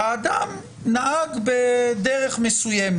האם בתיק החקירה שלא הבשיל לכתב אישום מאלף סיבות,